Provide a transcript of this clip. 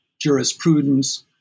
jurisprudence